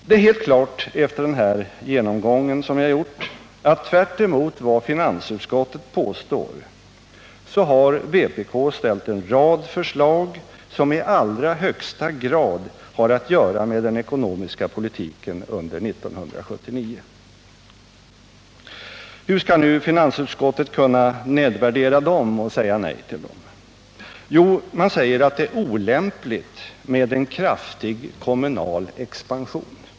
Det är helt klart efter den här genomgången att tvärtemot vad finansutskottet påstår har vpk lagt fram en rad förslag som i allra högsta grad har att göra med den ekonomiska politiken under 1979. Hur skall nu finansutskottet kunna nedvärdera dessa och säga nej? Jo, man säger att det är olämpligt med en kraftig kommunal expansion.